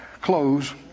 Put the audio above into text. close